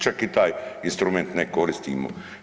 Čak i taj instrument ne koristimo.